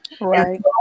Right